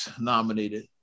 nominated